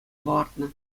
палӑртнӑ